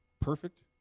perfect